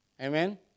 Amen